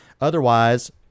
otherwise